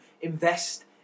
invest